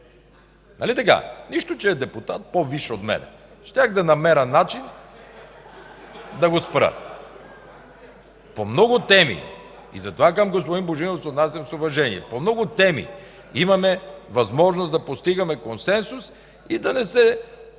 Нали така? Нищо, че е депутат – по-висш от мен. Щях да намеря начин да го спра. (Смях от ГЕРБ.) Затова към господин Божинов се отнасям с уважение. По много теми имаме възможност да постигаме консенсус и да не се,